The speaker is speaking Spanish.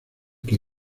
que